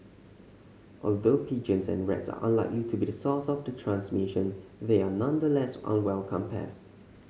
although pigeons and rats are unlikely to be the source of the transmission they are nonetheless unwelcome pests